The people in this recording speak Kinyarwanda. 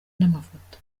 n’amafoto